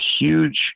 huge